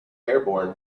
airborne